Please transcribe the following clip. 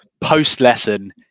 post-lesson